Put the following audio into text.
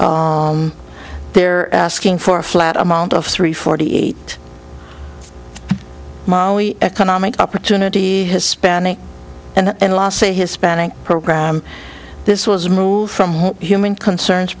they're asking for a flat amount of three forty eight molly economic opportunity hispanic and in los a hispanic program this was moved from human concerns